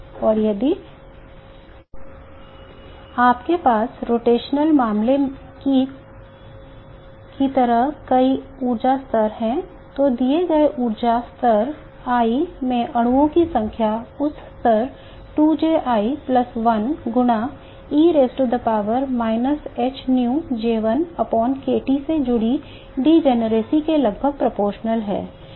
और यदि आपके पास रोटेशनल मामले की तरह कई ऊर्जा स्तर हैं तो दिए गए ऊर्जा स्तर i में अणुओं की संख्या उस स्तर 2 Ji 1 गुना से जुड़ी डिजनरेसी के लगभग प्रोपोर्शनल है